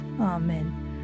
Amen